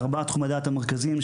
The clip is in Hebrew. בארבעה תחומי דעת מרכזיים,